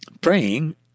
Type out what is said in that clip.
praying